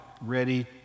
ready